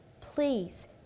Please